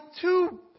two